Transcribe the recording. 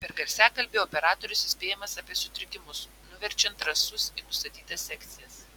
per garsiakalbį operatorius įspėjamas apie sutrikimus nuverčiant rąstus į nustatytas sekcijas